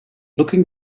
looking